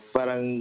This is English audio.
Parang